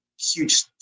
huge